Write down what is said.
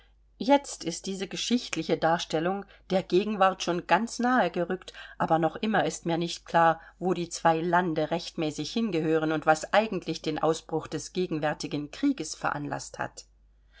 jetzt ist diese geschichtliche darstellung der gegenwart schon ganz nahe gerückt aber noch immer ist mir nicht klar wo die zwei lande rechtmäßig hingehören und was eigentlich den ausbruch des gegenwärtigen krieges veranlaßt hat